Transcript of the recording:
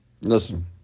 Listen